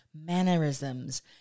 mannerisms